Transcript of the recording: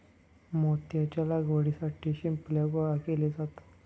मोत्याच्या लागवडीसाठी शिंपल्या गोळा केले जातात